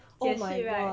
解释 right